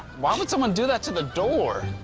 why would someone do that to the door.